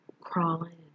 crawling